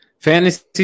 Fantasy